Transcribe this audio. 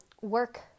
work